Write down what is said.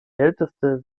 älteste